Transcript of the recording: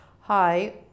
hi